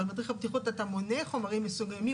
במדריך הבטיחות אתה מונה חומרים מסוימים.